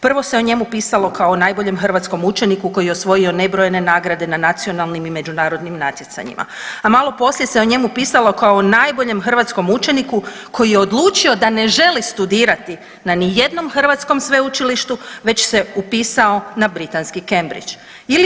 Prvo se o njemu pisalo kao najboljem hrvatskom učeniku koji je osvojio nebrojene nagrade na nacionalnim i međunarodnim natjecanjima, a malo poslije se o njemu pisalo kao najboljem hrvatskom učeniku koji je odlučio da ne želi studirati na ni jednom hrvatskom sveučilištu već se upisao na britanski Cambridge.